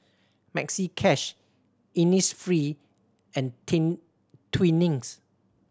Maxi Cash Innisfree and King Twinings